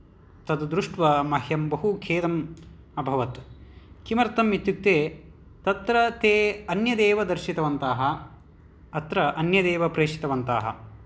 तद् दृष्ट्वा मह्यं बहु खेदम् अभवत् किमर्थम् इत्युक्ते तत्र ते अन्यदेव दर्शितवन्तः अत्र अन्यदेव प्रेषितवन्तः